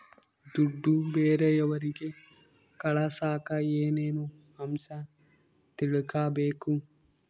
ದುಡ್ಡು ಬೇರೆಯವರಿಗೆ ಕಳಸಾಕ ಏನೇನು ಅಂಶ ತಿಳಕಬೇಕು?